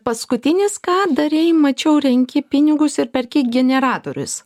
paskutinis ką darei mačiau renki pinigus ir perki generatorius